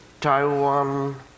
Taiwan